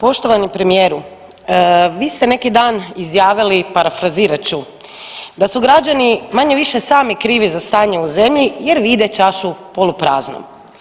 Poštovani premijeru, vi ste neki dan izjavili parafrazirat ću da su građani manje-više sami krivi za stanje u zemlji jer vide čašu polupraznu.